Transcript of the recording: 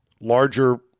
larger